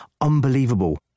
unbelievable